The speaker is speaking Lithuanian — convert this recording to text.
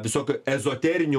visokiu ezoteriniu